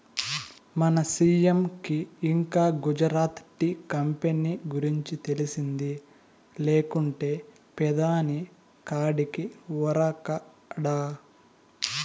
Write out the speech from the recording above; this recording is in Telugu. మన సీ.ఎం కి ఇంకా గుజరాత్ టీ కంపెనీ గురించి తెలిసింది లేకుంటే పెదాని కాడికి ఉరకడా